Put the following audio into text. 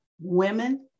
women